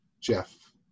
Jeff